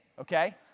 okay